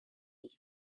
with